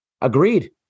Agreed